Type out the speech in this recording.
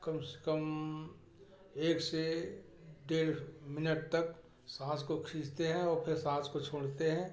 कम से कम एक से डेढ़ मिनट तक सांस को खींचते हैं और फिर सांस को छोड़ते हैं